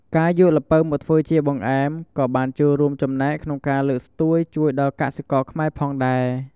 ការយកល្ពៅមកធ្វើជាបង្អែមក៏បានចូលរួមចំណែកក្នងការលើកស្ទួយជួយដល់កសិករខ្មែរផងដែរ។